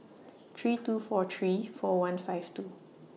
three two four three four one five two